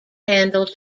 handle